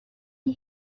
you